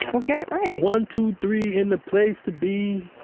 we'll get it right one, two, three, in the place to be.